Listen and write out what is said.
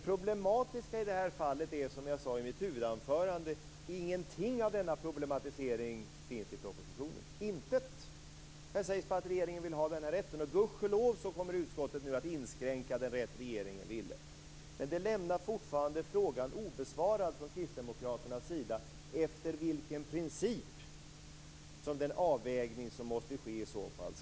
Som jag sade i mitt huvudanförande: Ingenting av detta problem tas med i propositionen. Intet. Där sägs bara att regeringen vill ha rätten. Gudskelov kommer utskottet att inskränka den rätt regeringen vill ha. Men detta lämnar fortfarande frågan obesvarad från Kristdemokraternas sida, dvs. efter vilken princip som avvägningen skall utgå från.